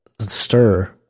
stir